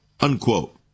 Unquote